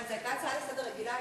אבל זאת הייתה הצעה לסדר-היום רגילה,